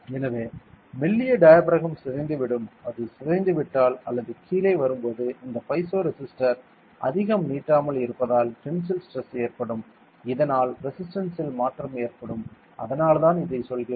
எனவே மெல்லிய டயாபிறகம் சிதைந்துவிடும் அது சிதைந்துவிட்டால் அல்லது கீழே வரும்போது இந்த பைசோ ரெசிஸ்டர் அதிகம் நீட்டாமல் இருப்பதால் டென்சைல் ஸ்ட்ரெஸ் ஏற்படும் இதனால் ரெசிஸ்டன்ட்ல் மாற்றம் ஏற்படும் அதனால்தான் இதைச் சொல்கிறோம்